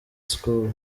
school